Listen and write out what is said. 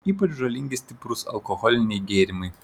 ypač žalingi stiprūs alkoholiniai gėrimai